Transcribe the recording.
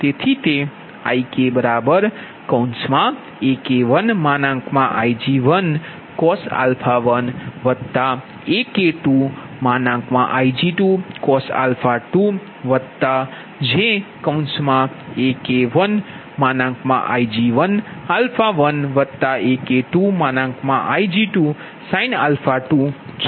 તેથી તે IKAK1Ig1cos 1 AK2Ig2cos 2 jAK1Ig11 AK2Ig2sin 2 છે